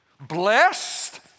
Blessed